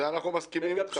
עם זה אנחנו מסכימים איתך.